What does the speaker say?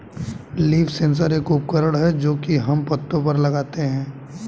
leaf sensor एक उपकरण है जो की हम पत्तो पर लगाते है